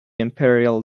imperial